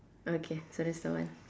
okay so that's the one